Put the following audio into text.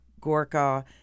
Gorka